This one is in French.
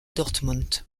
dortmund